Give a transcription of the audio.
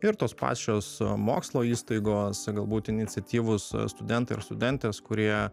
ir tos pačios mokslo įstaigos galbūt iniciatyvūs studentai ir studentės kurie